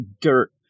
dirt